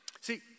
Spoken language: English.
See